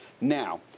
Now